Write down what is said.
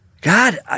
God